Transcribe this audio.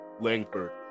Langford